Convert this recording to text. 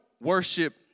worship